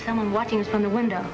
someone watching from the window